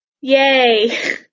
Yay